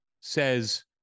says